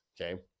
Okay